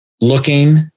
looking